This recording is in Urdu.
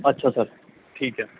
اچھا سر ٹھیک ہے